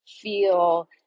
feel